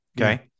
okay